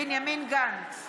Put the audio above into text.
בנימין גנץ,